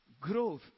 growth